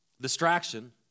Distraction